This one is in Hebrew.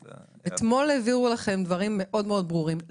אתמול העבירו לכם דברים מאוד מאוד ברורים.